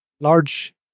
large